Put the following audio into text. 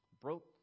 broke